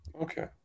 Okay